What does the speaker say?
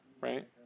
right